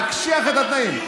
להקשיח את התנאים.